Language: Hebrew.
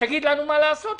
לומר לנו מה לעשות.